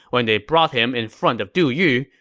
when they brought him in front of du yu,